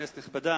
כנסת נכבדה,